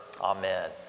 Amen